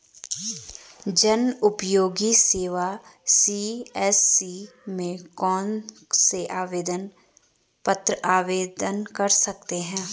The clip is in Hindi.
जनउपयोगी सेवा सी.एस.सी में कौन कौनसे आवेदन पत्र आवेदन कर सकते हैं?